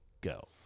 go